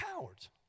cowards